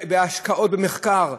בהשקעות במחקר,